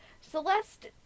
Celeste